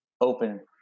open